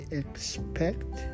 expect